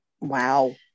Wow